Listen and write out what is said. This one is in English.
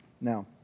Now